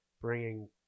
bringing